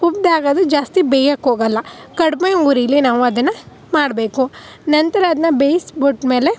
ಉಬ್ಬಿದಾಗ ಅದು ಜಾಸ್ತಿ ಬೇಯೋಕೆ ಹೋಗಲ್ಲ ಕಡಿಮೆ ಉರೀಲಿ ನಾವು ಅದನ್ನು ಮಾಡ್ಬೇಕು ನಂತರ ಅದನ್ನು ಬೇಯಿಸ್ಬಿಟ್ಮೇಲೆ